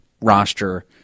roster